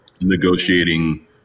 negotiating